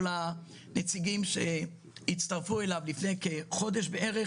הנציגים שהצטרפו אליו לפני כחודש בערך.